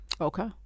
Okay